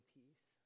peace